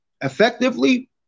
effectively